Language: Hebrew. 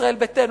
ישראל ביתנו,